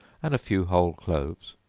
and a few whole cloves,